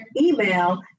email